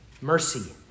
mercy